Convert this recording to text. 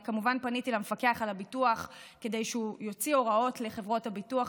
אני כמובן פניתי למפקח על הביטוח כדי שהוא יוציא הוראות לחברות הביטוח,